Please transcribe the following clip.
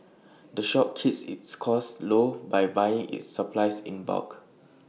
the shop keeps its costs low by buying its supplies in bulk